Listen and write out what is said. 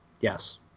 Yes